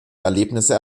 erlebnisse